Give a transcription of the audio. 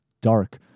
dark